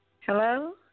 Hello